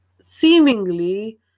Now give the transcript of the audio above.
seemingly